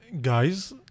guys